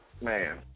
Man